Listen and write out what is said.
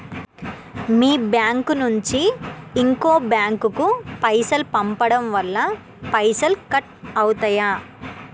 మీ bank నుంచి ఇంకో bank కు పైసలు పంపడం వల్ల పైసలు కట్ అవుతయా?